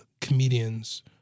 comedians